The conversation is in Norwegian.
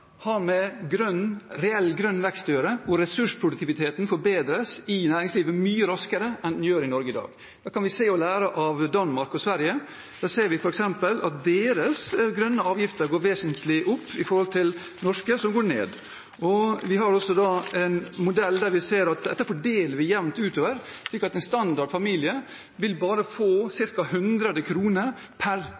med reell grønn vekst å gjøre, og ressursproduktiviteten i næringslivet kan forbedres mye raskere enn det den gjør i Norge i dag. Der kan vi se på og lære av Danmark og Sverige, hvor vi f.eks. ser at deres grønne avgifter går vesentlig opp i forhold til de norske, som går ned. Vi har også en modell der vi fordeler dette jevnt utover, slik at en standard familie bare vil få ca. 100 kr per